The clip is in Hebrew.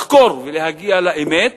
לחקור ולהגיע לאמת.